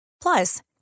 Plus